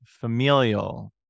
familial